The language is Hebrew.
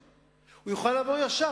הוא יוכל לבוא ישר.